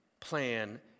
plan